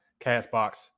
Castbox